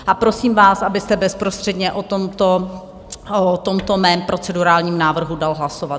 A prosím vás, abyste bezprostředně o tomto mém procedurálním návrhu dal hlasovat.